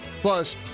Plus